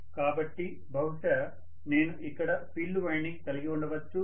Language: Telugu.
కాబట్టి బహుశా నేను ఇక్కడ ఫీల్డ్ వైండింగ్ కలిగి ఉండవచ్చు